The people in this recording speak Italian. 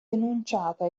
denunciata